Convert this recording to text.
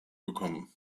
gekommen